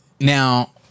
Now